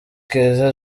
keza